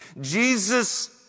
Jesus